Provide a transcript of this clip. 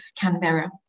Canberra